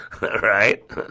right